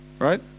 Right